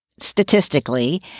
Statistically